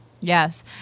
Yes